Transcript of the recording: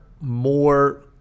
more